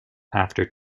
after